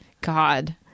God